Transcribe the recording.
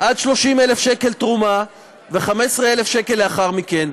עד 30,000 שקל תרומה, ו-15,000 שקל לאחר מכן.